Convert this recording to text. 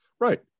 right